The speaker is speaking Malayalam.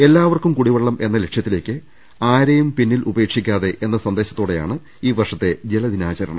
എല്ലാവർക്കും കുടിവെള്ളം എന്ന ലക്ഷ്യത്തി ലേക്ക് ആരേയും പിന്നിൽ ഉപേക്ഷിക്കാതെ എന്ന സന്ദേശത്തോടെ യാണ് ഈ വർഷത്തെ ജലദിനാചരണം